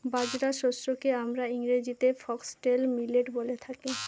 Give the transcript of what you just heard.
বাজরা শস্যকে আমরা ইংরেজিতে ফক্সটেল মিলেট বলে থাকি